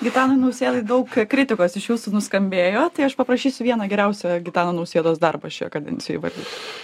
gitanui nausėdai daug kritikos iš jūsų nuskambėjo tai aš paprašysiu vieną geriausią gitano nausėdos darbą šioje kadencijojeįvardint